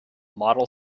model